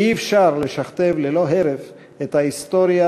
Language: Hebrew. אי-אפשר לשכתב ללא הרף את ההיסטוריה